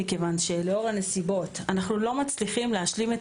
מכיוון שלאור הנסיבות אנחנו לא מצלחים להשלים את